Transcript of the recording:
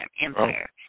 Empire